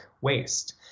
waste